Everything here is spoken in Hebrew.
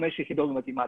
חמש יחידות במתמטיקה,